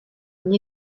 une